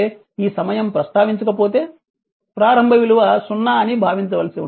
అదే ఈ సమయం ప్రస్తావించక పోతే ప్రారంభ విలువ 0 అని భావించవలసి ఉంటుంది